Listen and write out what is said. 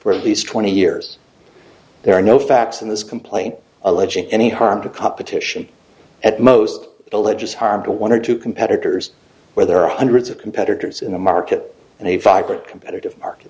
least twenty years there are no facts in this complaint alleging any harm to competition at most it alleges harm to one or two competitors where there are hundreds of competitors in the market and a vibrant competitive market